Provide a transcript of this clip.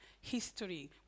history